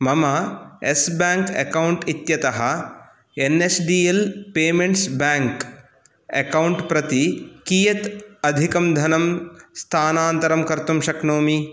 मम Yes bank account इत्यतः N S D L payments bank account प्रति कियत् अधिकं धनं स्थानान्तरं कर्तुं शक्नोमि